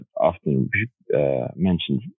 often-mentioned